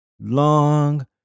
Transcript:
Long